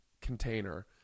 container